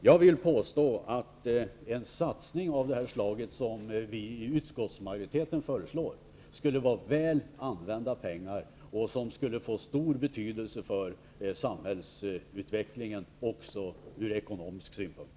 Jag vill påstå att en satsning av det slag som vi i utskottsmajoriteten föreslår skulle vara väl använda pengar, som skulle få stor betydelse för samhällsutvecklingen också från ekonomisk synpunkt.